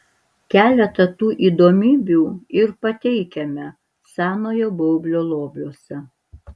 keletą tų įdomybių ir pateikiame senojo baublio lobiuose